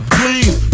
please